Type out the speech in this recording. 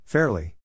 Fairly